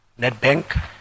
NetBank